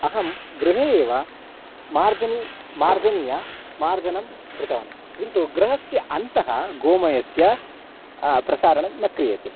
अहं गृहे एव मार्जनी मार्जन्या मार्जनं कृतवान् किन्तु गृहस्य अन्ते गोमयस्य प्रसारणं न क्रियते